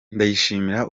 ndayishimira